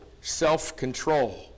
self-control